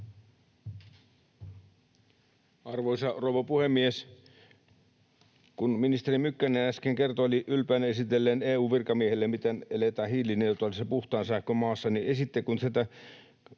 Arvoisa rouva puhemies! Kun ministeri Mykkänen äsken kertoili ylpeänä esitelleensä EU:n virkamiehille, miten eletään hiilineutraalissa puhtaan sähkön maassa, niin kun ylimmästä